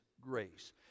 grace